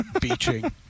beaching